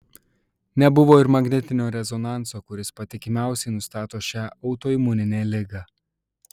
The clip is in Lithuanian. nebuvo ir magnetinio rezonanso kuris patikimiausiai nustato šią autoimuninę ligą